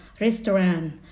restaurant